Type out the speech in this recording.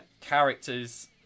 character's